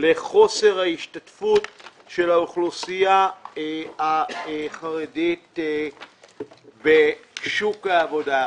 לחוסר ההשתתפות של האוכלוסייה החרדית בשוק העבודה.